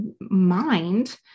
mind